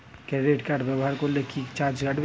Credit card ব্যাবহার করলে কি চার্জ কাটবে?